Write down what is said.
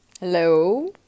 Hello